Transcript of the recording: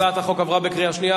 הצעת החוק עברה בקריאה השנייה.